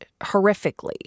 horrifically